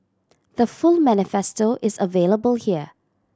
the full manifesto is available here